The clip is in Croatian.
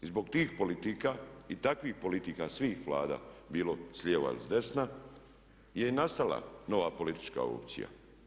I zbog tih politika i takvih politika svih Vlada bilo s lijeva ili s desne je i nastala nova politička opcija.